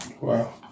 Wow